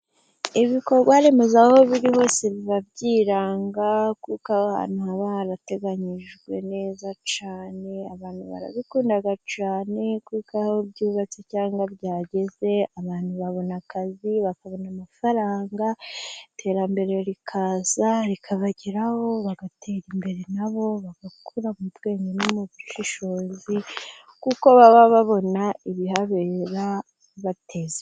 Ibikorwaremezo aho biri hose biba byiranga, kuko ahantu haba harateganyijwe neza cyane. Abantu barabikunda cyane, kuko aho byubatse cyangwa byageze, abantu babona akazi, bakabona amafaranga. Iterambere rikaza rikabageraho, bagatera imbere. Na bo bagakura mu bwenge no mu bushishozi, kuko baba babona ibihabera bibateza imbere.